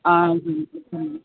आम्